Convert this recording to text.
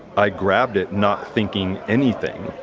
i grabbed it not thinking anything,